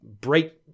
break